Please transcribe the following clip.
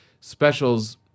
specials